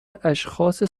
اشخاص